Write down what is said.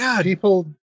people